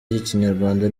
y’ikinyarwanda